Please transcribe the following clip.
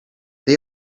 they